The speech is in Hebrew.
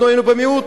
אנחנו היינו במיעוט,